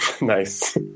Nice